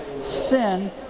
sin